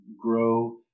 grow